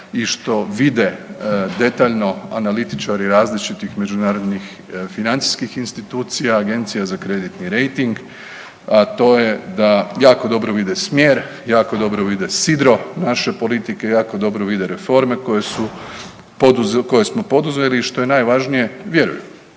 i što vide detaljno analitičari različitih međunarodnih financijskih institucija, agencija za kreditni rejting, a to je da jako dobro vide smjer, jako dobro vide sidro naše politike, jako dobro vide reforme koje smo poduzeli i što je najvažnije, vjeruju.